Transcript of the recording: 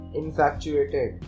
infatuated